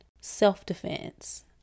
self-defense